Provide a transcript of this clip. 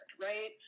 right